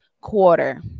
quarter